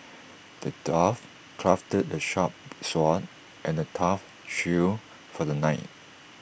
the dwarf crafted A sharp sword and A tough shield for the knight